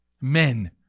Men